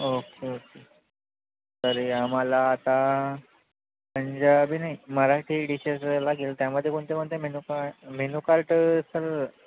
okay okay तरी आम्हाला आता पंजाबी नाही मराठी डिशेश लागेल त्यामध्ये कोणते कोणते मेनुकार मेनुकार्ट तर